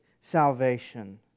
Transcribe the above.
salvation